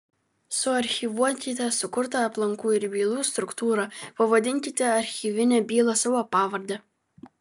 suarchyvuokite sukurtą aplankų ir bylų struktūrą pavadinkite archyvinę bylą savo pavarde